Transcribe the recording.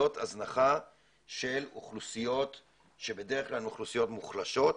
זאת הזנחה של אוכלוסיות שבדרך כלל הן אוכלוסיות מוחלשות,